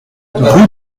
rue